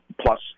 plus